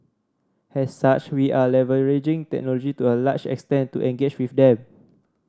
as such we are leveraging technology to a large extent to engage with them